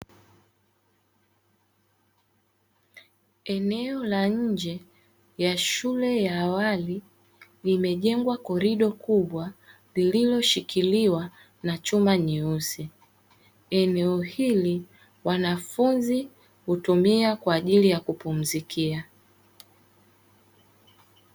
Eneo la nje la shule ya awali limejengwa korido kubwa lilishikiliwa na chuma nyeusi. Eneo hili wanafunzi hutumia kwaajili ya kupumzikia.